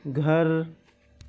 گھر